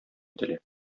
ителә